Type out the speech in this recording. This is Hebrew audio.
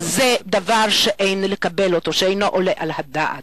היא דבר שאין לקבל אותו, שאינו עולה על הדעת.